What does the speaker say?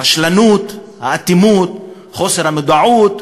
הרשלנות, האטימות, חוסר המודעות,